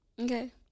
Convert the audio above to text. Okay